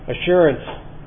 assurance